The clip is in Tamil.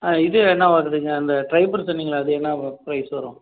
ஆ இது என்ன வருதுங்க அந்த ட்ரைபர் சொன்னீங்களே அது என்ன பிரைஸ் வரும்